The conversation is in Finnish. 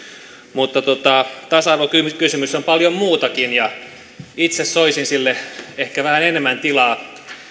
mutta tasa arvokysymys on paljon muutakin ja itse soisin sille ehkä vähän enemmän tilaa